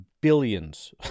billions